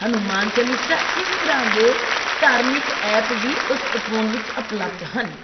ਹਨੂੰਮਾਨ ਚਾਲੀਸਾ ਇਸ ਤਰ੍ਹਾਂ ਦੇ ਧਾਰਮਿਕ ਐਪ ਵੀ ਉਸ ਫੋਨ ਵਿੱਚ ਉਪਲਬਧ ਹਨ